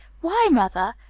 why, mother!